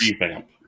revamp